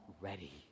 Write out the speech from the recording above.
ready